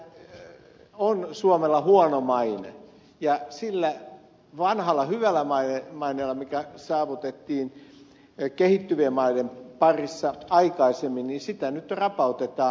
siellä on suomella huono maine ja sitä vanhaa hyvää mainetta mikä saavutettiin kehittyvien maiden parissa aikaisemmin nyt rapautetaan